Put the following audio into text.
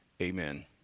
amen